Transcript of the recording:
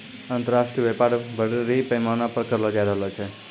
अन्तर्राष्ट्रिय व्यापार बरड़ी पैमाना पर करलो जाय रहलो छै